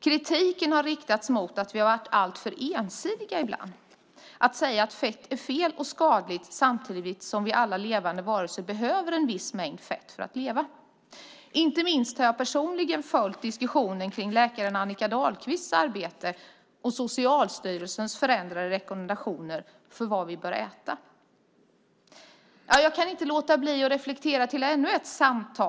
Kritik har riktats mot att vi ibland varit alltför ensidiga genom att säga att fett är fel och skadligt samtidigt som alla levande varelser behöver en viss mängd fett för att leva. Inte minst har jag personligen följt diskussion kring läkaren Annika Dahlqvists arbete och Socialstyrelsens ändrade rekommendationer för vad vi bör äta. Jag kan inte låta bli att referera till ännu ett samtal som jag hade.